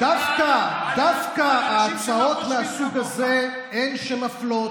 דווקא ההצעות מהסוג הזה הן שמפלות,